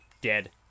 dead